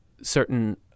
certain